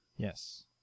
Yes